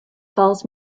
falls